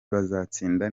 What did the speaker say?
bazatsinda